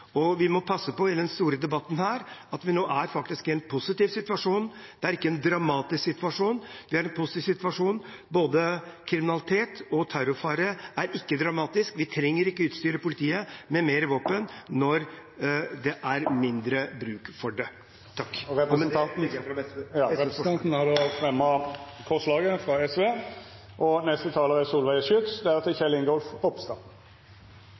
Og vi må i denne store debatten passe på å få fram at vi nå er i en positiv situasjon – det er ikke en dramatisk situasjon; det er en positiv situasjon. Verken for kriminalitet eller for terrorfare er det dramatisk – vi trenger ikke å utstyre politiet med mer våpen når det er mindre bruk for det. Med dette tar jeg opp forslaget fra SV. Representanten Petter Eide har teke opp det forslaget han refererte til. Politiet er